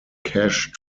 cash